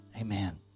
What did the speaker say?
Amen